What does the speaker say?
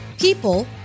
people